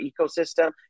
ecosystem